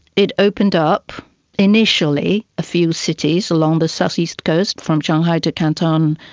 it opened up initially a few cities along the southeast coast from shanghai to canton.